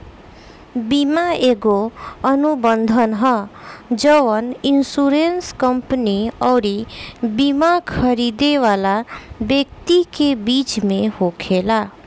बीमा एगो अनुबंध ह जवन इन्शुरेंस कंपनी अउरी बिमा खरीदे वाला व्यक्ति के बीच में होखेला